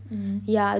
mmhmm